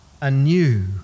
anew